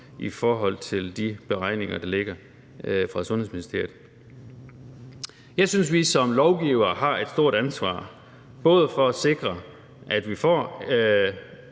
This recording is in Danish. i forhold til de beregninger, der ligger fra Sundhedsministeriet. Jeg synes, at vi som lovgivere har et stort ansvar både for at sikre, at vi får